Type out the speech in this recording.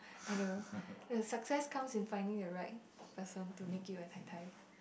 I know uh success comes in finding a right person to make you a tai tai